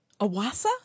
Awasa